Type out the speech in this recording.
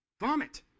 Vomit